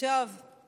מנסור עבאס.